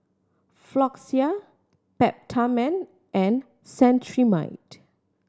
Floxia Peptamen and Cetrimide